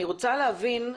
אני רוצה להבין,